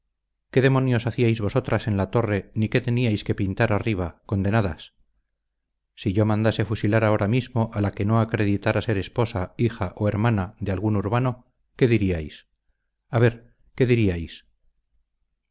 qué demonios hacíais vosotras en la torre ni qué teníais que pintar arriba condenadas y si yo mandase fusilar ahora mismo a la que no acreditara ser esposa hija o hermana de algún urbano qué diríais a ver qué diríais